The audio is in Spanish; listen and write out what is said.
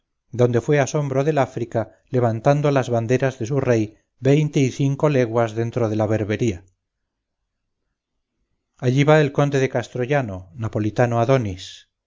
donde fué asombro del áfrica levantando las banderas de su rey veinte y cinco leguas dentro de la berbería allí va el conde de castrollano napolitano adonis